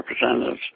Representatives